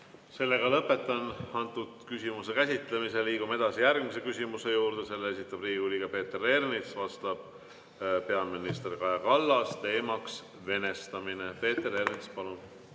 Lõpetan selle küsimuse käsitlemise. Liigume edasi järgmise küsimuse juurde. Selle esitab Riigikogu liige Peeter Ernits, vastab peaminister Kaja Kallas, teema on venestamine. Peeter Ernits, palun!